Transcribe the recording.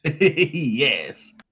Yes